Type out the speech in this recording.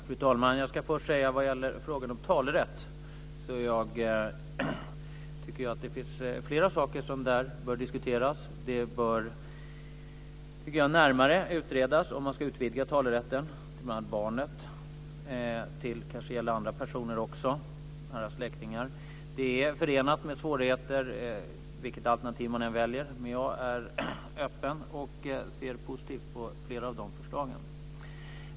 Fru talman! När det gäller frågan om talerätt finns det flera saker som bör diskuteras. Det bör närmare utredas om man ska utvidga talerätten till att omfatta bl.a. barnet och även andra personer, nära släktingar. Vilket alternativ man än väljer är det förenat med svårigheter, men jag är öppen och ser positivt på flera av dessa förslag.